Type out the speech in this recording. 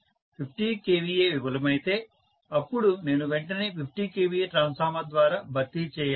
50 kVA విఫలమైతే అప్పుడు నేను వెంటనే 50 kVA ట్రాన్స్ఫార్మర్ ద్వారా భర్తీ చేయాలి